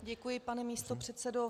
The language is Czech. Děkuji, pane místopředsedo.